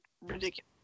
ridiculous